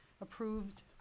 Approved